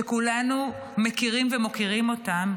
שכולנו מכירים ומוקירים אותם,